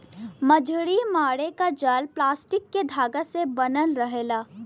मछरी मारे क जाल प्लास्टिक के धागा से बनल रहेला